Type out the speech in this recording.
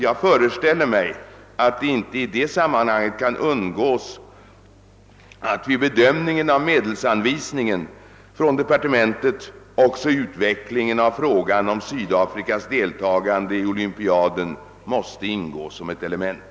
Jag föreställer mig att det i det sammanhanget inte kan undgås att vid den fortsatta bedömningen av medelsanvisningen också utvecklingen av frågan om Sydafrikas deltagande i olympiaden måste ingå som ett element.